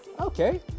okay